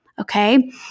okay